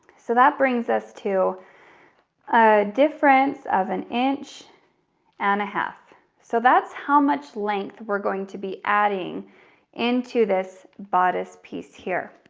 so that brings us to a difference of an inch and a half. so that's how much length we're going to be adding into this bodice piece here.